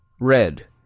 red